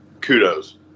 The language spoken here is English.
kudos